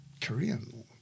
Korean